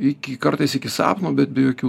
iki kartais iki sapno bet be jokių